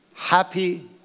happy